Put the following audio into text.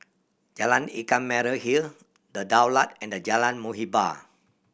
Jalan Ikan Merah Hill The Daulat and Jalan Muhibbah